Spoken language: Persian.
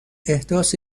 احداث